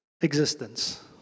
existence